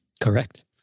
Correct